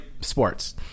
sports